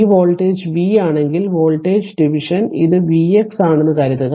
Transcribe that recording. ഈ voltage v ആണെങ്കിൽ voltage division ഇത് vx ആണെന്ന് കരുതുക